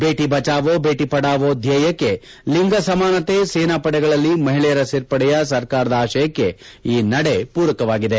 ಬೇಟಿ ಬಚಾವೋ ಬೇಟಿ ಪಢಾವೋ ಧ್ಯೇಯಕ್ಕೆ ಲಿಂಗ ಸಮಾನತೆ ಸೇನಾಪಡೆಗಳಲ್ಲಿ ಮಹಿಳೆಯರ ಸೇರ್ಪಡೆಯ ಸರ್ಕಾರದ ಆಶಯಕ್ಕೆ ಈ ನಡೆ ಪೂರಕವಾಗಿದೆ